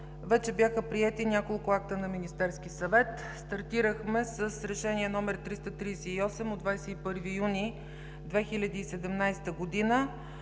вече бяха приети няколко акта на Министерския съвет. Стартирахме с Решение № 338 от 21 юни 2017 г.